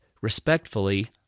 respectfully